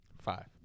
five